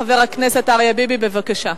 חבר הכנסת אריה ביבי, בבקשה.